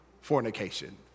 fornication